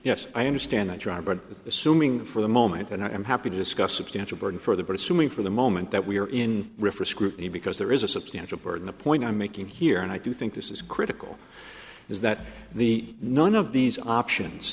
yes i understand that dr but assuming for the moment and i am happy to discuss substantial burden further but assuming for the moment that we are in refer scrutiny because there is a substantial burden the point i'm making here and i do think this is critical is that the none of these options